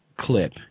clip